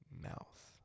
mouth